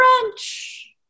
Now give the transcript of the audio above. French